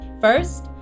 First